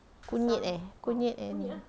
kunyit eh kunyit and